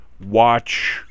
watch